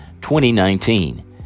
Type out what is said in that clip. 2019